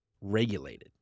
regulated